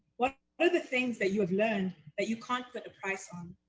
what are the things that you have learned that you can't put a price on?